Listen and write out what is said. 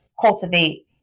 cultivate